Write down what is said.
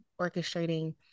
orchestrating